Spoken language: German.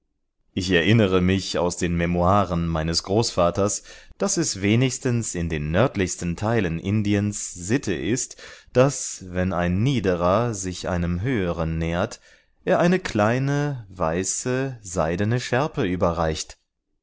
ich erinnere mich aus den memoiren meines großvaters daß es wenigstens in den nördlichsten teilen indiens sitte ist daß wenn ein niederer sich einem höheren nähert er eine kleine weiße seidene schärpe überreicht